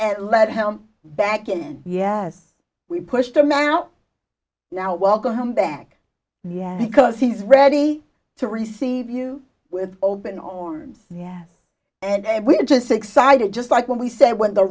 and let him back in yes we pushed a man out now welcome him back yes because he's ready to receive you with open arms yes and we're just excited just like when we say when the